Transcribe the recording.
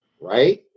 right